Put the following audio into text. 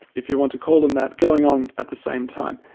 if you want to call them that, going on at the same time.